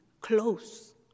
close